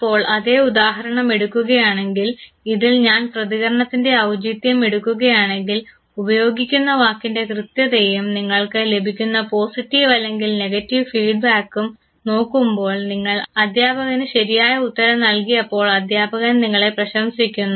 അപ്പോൾ അതേ ഉദാഹരണം എടുക്കുകയാണെങ്കിൽ ഇതിൽ ഞാൻ പ്രതികരണത്തിൻറെ ഔചിത്യം എടുക്കുകയാണെങ്കിൽ ഉപയോഗിക്കുന്ന വാക്കിൻറെ കൃത്യതയും നിങ്ങൾക്ക് ലഭിക്കുന്ന പോസിറ്റീവ് അല്ലെങ്കിൽ നെഗറ്റീവ് ഫീഡ്ബാക്കും നോക്കുമ്പോൾ നിങ്ങൾ അധ്യാപകനെ ശരിയായ ഉത്തരം നൽകിയപ്പോൾ അധ്യാപകൻ നിങ്ങളെ പ്രശംസിക്കുന്നു